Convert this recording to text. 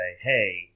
hey